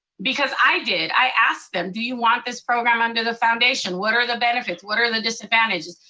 because i did, i asked them, do you want this program under the foundation? what are the benefits, what are the disadvantages?